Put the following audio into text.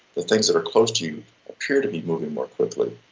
the things that are close to you appear to be moving more quickly,